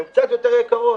הם קצת יותר יקרות.